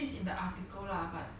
they never even state property like